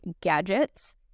gadgets